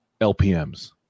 LPMs